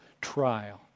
trial